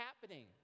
happening